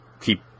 keep